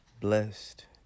Blessed